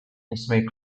ósmej